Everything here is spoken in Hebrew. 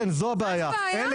זאת הבעיה?